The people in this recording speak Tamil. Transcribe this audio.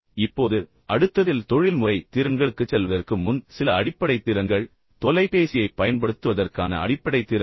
இப்போது அடுத்ததில் தொழில்முறை திறன்களுக்குச் செல்வதற்கு முன் சில அடிப்படை திறன்கள் தொலைபேசியைப் பயன்படுத்துவதற்கான அடிப்படை திறன்கள்